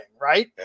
right